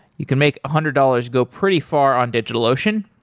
you can make a hundred dollars go pretty far on digitalocean.